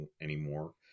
anymore